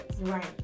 right